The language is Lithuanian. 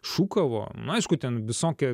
šūkavo nu aišku ten visokie